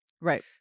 Right